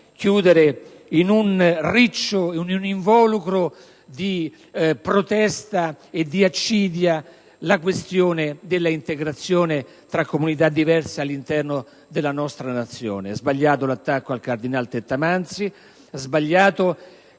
chiudere in un involucro di protesta e di accidia la questione dell'integrazione tra comunità diverse all'interno della nostra Nazione; è sbagliato l'attacco al cardinal Tettamanzi; è sbagliato